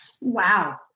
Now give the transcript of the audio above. Wow